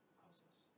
houses